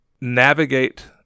navigate